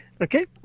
Okay